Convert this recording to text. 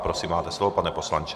Prosím, máte slovo, pane poslanče.